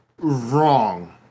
wrong